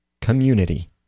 community